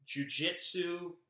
jujitsu